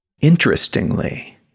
Interestingly